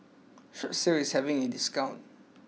Strepsils is having a discount